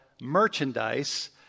merchandise